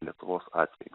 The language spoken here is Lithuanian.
lietuvos atvejų